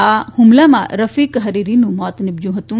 આ હુમલામાં રફીક હરીરીનું મોત નિપજ્યું હતું